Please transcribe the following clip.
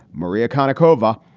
maria kaneko, hova.